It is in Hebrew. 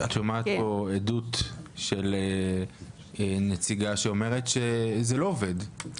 את שומעת פה עדות של נציגה שאומרת שזה לא עובד,